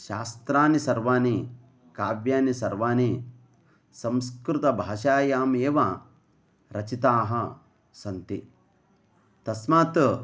शास्त्राणि सर्वाणि काव्यानि सर्वाणि संस्कृतभाषायाम् एव रचितानि सन्ति तस्मात्